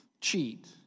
cheat